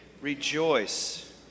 rejoice